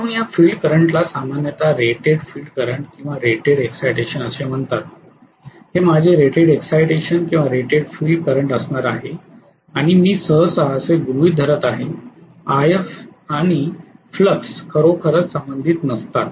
म्हणून या फील्ड करंटला सामान्यत रेटेड फिल्ड करंट किंवा रेटेड इक्साइटेशनअसे म्हणतात हे माझे रेटेड इक्साइटेशन किंवा रेटेड फील्ड करंट असणार आहे आणि मी सहसा असे गृहीत धरत आहे If आणि फ्लक्स खरोखरच संबंधित नसतात